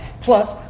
Plus